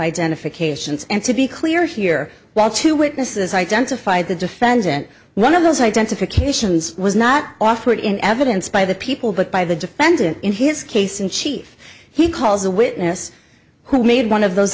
identifications and to be clear here while two witnesses identified the defendant one of those identifications was not offered in evidence by the people but by the defendant in his case in chief he calls a witness who made one of those